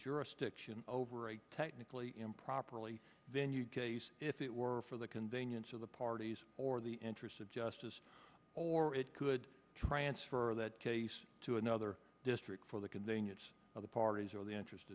jurisdiction over a technically improperly venue gays if it were for the convenience of the parties or the interests of justice or it could transfer that case to another district for the convenience of the parties or the interest